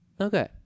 Okay